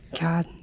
god